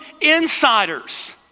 insiders